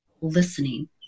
listening